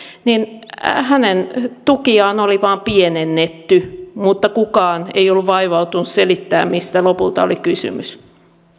hänen tukiaan oli vain pienennetty mutta kukaan ei ollut vaivautunut selittämään mistä lopulta oli kysymys